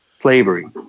Slavery